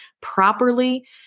properly